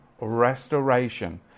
restoration